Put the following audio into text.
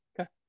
Okay